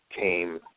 came